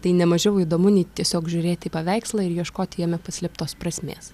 tai nemažiau įdomu nei tiesiog žiūrėti į paveikslą ir ieškoti jame paslėptos prasmės